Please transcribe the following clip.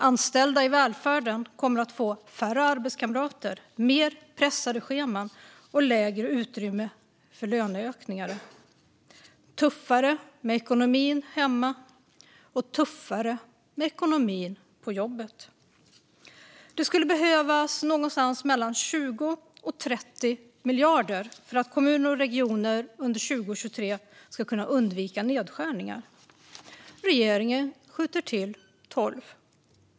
Anställda i välfärden kommer att få färre arbetskamrater, mer pressade scheman och mindre utrymme för löneökningar, tuffare med ekonomin hemma och tuffare med ekonomin på jobbet. Det skulle behövas 20-30 miljarder kronor för att kommuner och regioner under 2023 ska kunna undvika nedskärningar. Regeringen skjuter till 12 miljarder kronor.